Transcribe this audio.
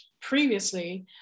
previously